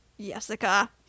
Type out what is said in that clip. Jessica